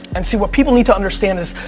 and see, what people need to understand is,